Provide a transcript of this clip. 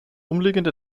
umliegende